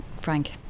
Frank